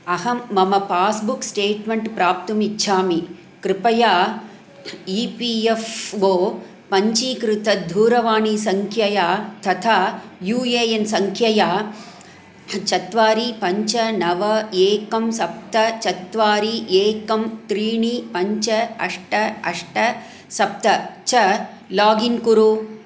अहं मम passbook statement प्राप्तुमिच्छामि कृपया ई पि एफ़् ओ पञ्चीकृतदूरवाणीसङ्ख्यया तथा यू ए एन् सङ्ख्यया चत्वारि पञ्च नव एकं सप्त चत्वारि एकं त्रीणि पञ्च अष्ट अष्ट सप्त च लागिन् कुरु